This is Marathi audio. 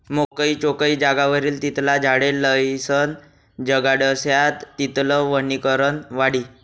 मोकयी चोकयी जागावर जितला झाडे लायीसन जगाडश्यात तितलं वनीकरण वाढी